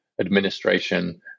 administration